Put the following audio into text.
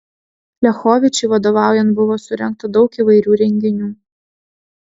liachovičiui vadovaujant buvo surengta daug įvairių renginių